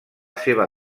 seva